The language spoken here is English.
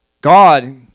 God